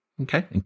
okay